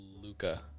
Luca